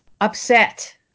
upset